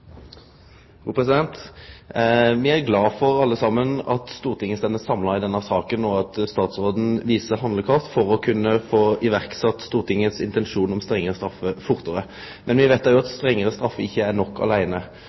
Stortinget står samla i denne saka og at statsråden viser handlekraft for å få sett i verk Stortinget sin intensjon om strengare straffer raskare. Men me veit òg at strengare straffer ikkje er nok